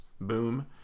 boom